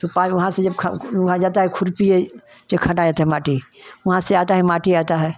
तो पाँच वहाँ से जब ख उहाँ जाता है खुर्पी ए से खड्डा जाता है माटी वहाँ से आता है माटी आता है